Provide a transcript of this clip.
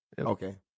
Okay